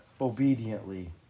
obediently